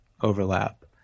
overlap